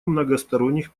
многосторонних